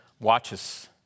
watches